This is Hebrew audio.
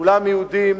כולם יהודים,